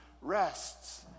rests